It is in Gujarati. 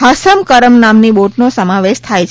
હાસમ કરમ નામની બોટનો સમાવેશ થાય છે